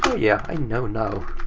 yeah, i know now.